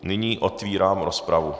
Nyní otvírám rozpravu.